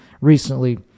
recently